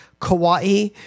Kauai